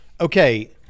okay